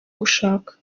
gushaka